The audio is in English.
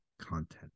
content